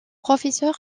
professeur